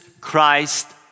Christ